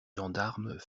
gendarmes